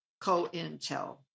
co-intel